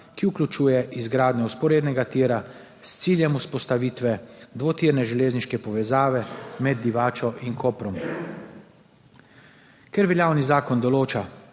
ki vključuje izgradnjo vzporednega tira s ciljem vzpostavitve dvotirne železniške povezave med Divačo in Koprom. Ker veljavni zakon določa,